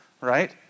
right